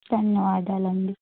ధన్యవాదాలండి